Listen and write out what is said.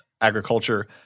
agriculture